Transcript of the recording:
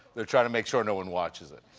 they're trying to make sure no one watches it.